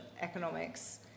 economics